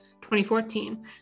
2014